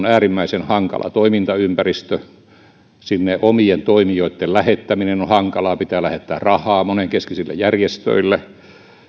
äärimmäisen hankala toimintaympäristö sinne omien toimijoitten lähettäminen on hankalaa pitää lähettää rahaa monenkeskisille järjestöille